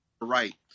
right